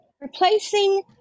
replacing